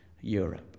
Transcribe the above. Europe